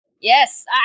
yes